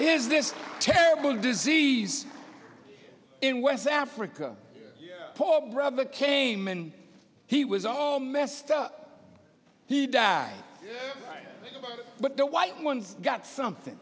is this terrible disease in west africa poor brother came and he was all messed up he died but the white ones got something